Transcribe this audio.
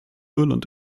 irland